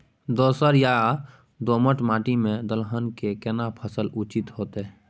दोरस या दोमट माटी में दलहन के केना फसल उचित होतै?